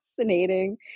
fascinating